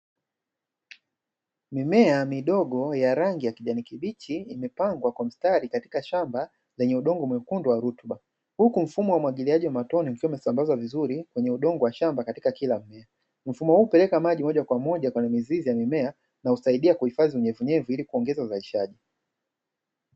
Mimea midogo ya rangi ya kijani kibichi imepangwa kwa mstari, katika shamba lenye udongo mwekundu wa rutuba, huku mfumo wa umwagiliaji wa matone ukiwa umesambazwa vizuri, kwenye udongo wa shamba katika kila mmea, mfumo huu hupeleka maji moja kwa moja kwenye mizizi ya mimea, na husaidia kuhifadhi unyevu unyevu ili kuongeza uzalishaji.